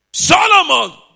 Solomon